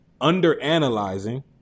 under-analyzing